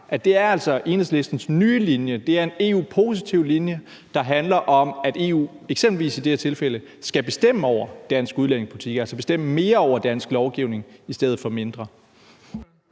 at bekræfte, at Enhedslistens nye linje altså er en EU-positiv linje, der handler om, at EU eksempelvis i det her tilfælde skal bestemme over dansk udlændingepolitik, altså bestemme mere over dansk lovgivning i stedet for mindre.